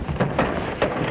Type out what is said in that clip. that's